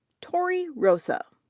tori rosa.